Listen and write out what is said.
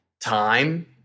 time